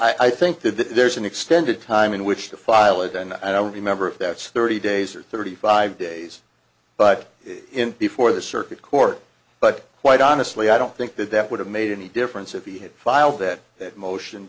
i think that there's an extended time in which to file it and i don't remember if that's thirty days or thirty five days but before the circuit court but quite honestly i don't think that that would have made any difference if he had filed that that motion